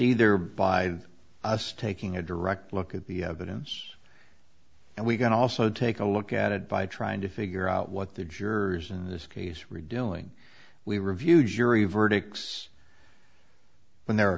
either by us taking a direct look at the evidence and we can also take a look at it by trying to figure out what the jurors in this case were doing we review jury verdicts when there are